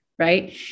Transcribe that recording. Right